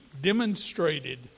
demonstrated